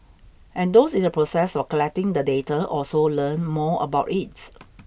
and those in the process of collecting the data also learn more about it